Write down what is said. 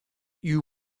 you